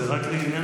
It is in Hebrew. זה רק לעניין